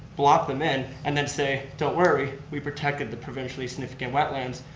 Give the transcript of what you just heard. block them in, and then say don't worry we protected the provincially significant wetlands.